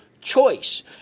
choice